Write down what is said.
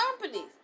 companies